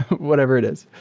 whatever it is.